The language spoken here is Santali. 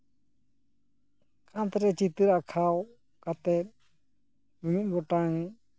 ᱠᱟᱸᱛ ᱨᱮ ᱪᱤᱛᱟᱹᱨ ᱟᱸᱠᱟᱣ ᱠᱟᱛᱮ ᱢᱤᱢᱤᱫ ᱜᱚᱴᱟᱝ